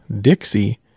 Dixie